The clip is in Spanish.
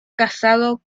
casado